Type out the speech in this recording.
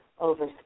over